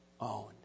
own